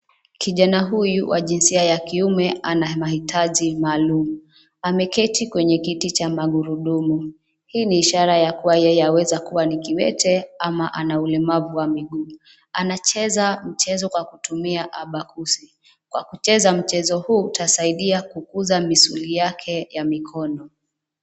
Kijana huyu wa jinsia ya kiume ana mahitaji maalum, ameketi kwenye kiti cha magurudumu, hii ni ishara ya kuwa yeye aweza kuwa ni kiwete ama ana ulemavu wa miguu, anacheza mchezo kwa kutumia abakusi, kwa kucheza mchezo huu utasaidia kukuza misuli yake ya mikono.